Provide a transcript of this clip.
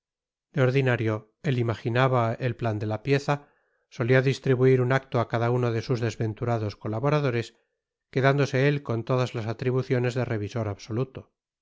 de ordinario ét imaginaba et ptan de ta pieza sotía distribuir un acto á cada uno de sus desventurados cotaboradores quedándose ét con todas tas atribuciones de revisor absotuto